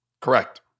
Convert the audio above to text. Correct